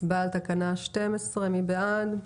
הצבעה על תקנה 12. מי בעד?